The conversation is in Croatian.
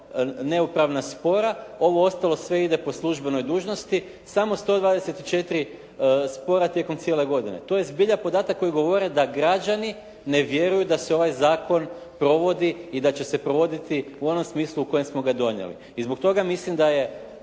neupravna spora. Ovo ostalo sve ide po službenoj dužnosti. Samo 124 spora tijekom cijele godine. To je zbilja podatak koji govori da građani ne vjeruju da se ovaj zakon provodi i da će se provoditi u onom smislu u kojem smo ga donijeli. I zbog toga mislim da je